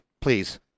please